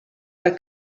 per